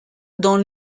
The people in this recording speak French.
dont